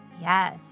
Yes